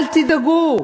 אל תדאגו.